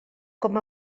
com